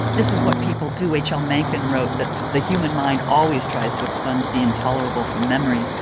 this is what people do. h l. mencken wrote that the human mind always tries to expunge the intolerable from memory,